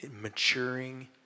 maturing